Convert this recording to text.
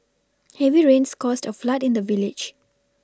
heavy rains caused a flood in the village